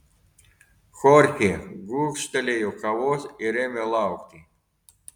chorchė gurkštelėjo kavos ir ėmė laukti